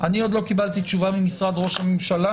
אני עוד לא קיבלתי תשובה ממשרד ראש הממשלה,